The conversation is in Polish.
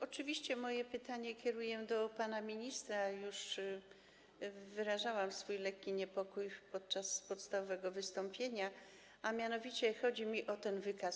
Oczywiście moje pytanie kieruję do pana ministra - już wyrażałam swój lekki niepokój podczas podstawowego wystąpienia - a mianowicie chodzi mi o ten wykaz.